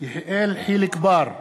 יחיאל חיליק בר,